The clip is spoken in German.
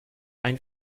ein